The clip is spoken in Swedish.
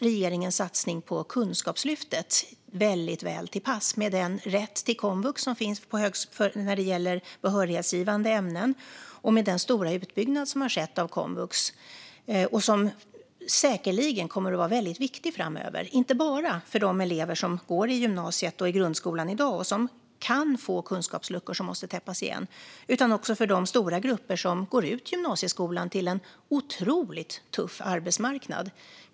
Regeringens satsning på Kunskapslyftet kommer förstås väldigt väl till pass här, med den rätt till komvux som finns när det gäller behörighetsgivande ämnen och med den stora utbyggnad av komvux som har skett och som säkerligen kommer att vara mycket viktig framöver, inte bara för de elever som går i gymnasiet och grundskolan i dag och som kan få kunskapsluckor som måste täppas igen utan också för de stora grupper som går ut gymnasieskolan till en otroligt tuff arbetsmarknad.